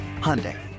Hyundai